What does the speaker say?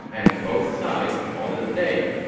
and both sides called it a day.